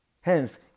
Hence